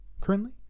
currently